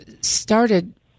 started